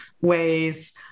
ways